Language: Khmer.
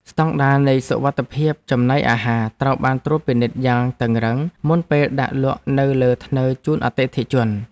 ស្តង់ដារនៃសុវត្ថិភាពចំណីអាហារត្រូវបានត្រួតពិនិត្យយ៉ាងតឹងរ៉ឹងមុនពេលដាក់លក់នៅលើធ្នើរជូនអតិថិជន។